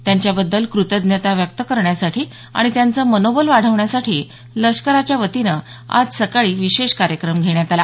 त्यांच्याबद्दल कृतज्ञता व्यक्त करण्यासाठी आणि त्यांचं मनोबल वाढवण्यासाठी लष्कराच्या वतीनं आज सकाळी विशेष कार्यक्रम घेण्यात आला